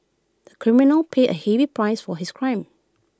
the criminal paid A heavy price for his crime